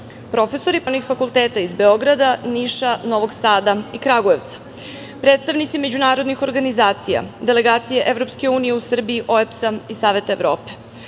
profesori Pravnih fakulteta iz Beograda, Niša, Novog Sada i Kragujevca, predstavnici međunarodnih organizacija, delegacije EU u Srbiji OEBS-a i Savet Evrope,